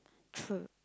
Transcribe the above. true